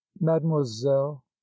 Mademoiselle